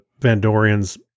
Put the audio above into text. Vandorians